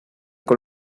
con